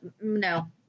No